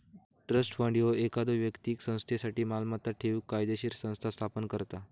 trust fund ह्यो एखाद्यो व्यक्तीक संस्थेसाठी मालमत्ता ठेवूक कायदोशीर संस्था स्थापन करता